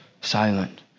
silent